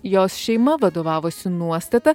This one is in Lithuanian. jos šeima vadovavosi nuostata